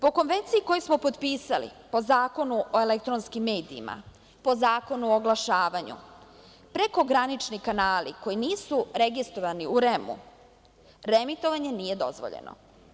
Po Konvenciji koju smo potpisali, po Zakonu o elektronskim medijima, po Zakonu o oglašavanju, prekogranični kanali koji nisu registrovani u REM-u, reemitovanje nije dozvoljeno.